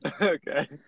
Okay